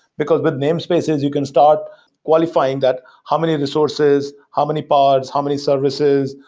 because with name spaces you can start qualifying that how many and resources, how many parts, how many services,